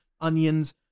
onions